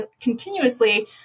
continuously